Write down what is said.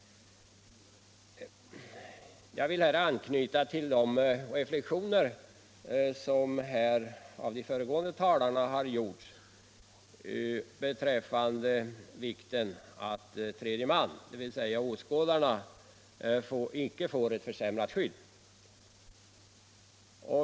Jag vill här anknyta till de reflexioner som de föregående talarna har gjort beträffande vikten av att tredje man, dvs. åskådarna, icke får ett försämrat skydd.